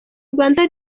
rwanda